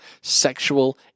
Sexual